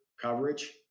coverage